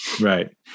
Right